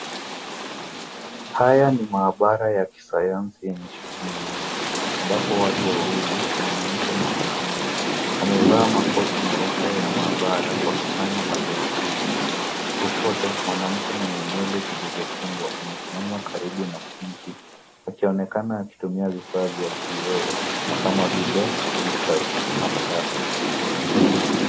Haya ni maabara ya kisayansi yenye shughuli nyingi, ambapo watu wawili, mwanamke na mwanaume wamevaa makoti meupe ya maabara wakifanya majaribio. Kushoto, mwanamke mwenye nywele zilizofungwa amesimama karibu na sinki akionekana akitumia vifaa vya kioo kama vile beakers na plastic .